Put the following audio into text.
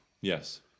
Yes